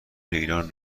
ایران